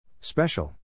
Special